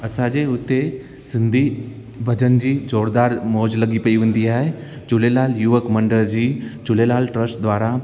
असांजे हुते सिंधी भॼन जी ज़ोरदार मौज़ लॻी पई हूंदी आहे झूलेलाल युवक मंडल जी झूलेलाल ट्र्स्ट द्वारा